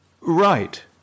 Right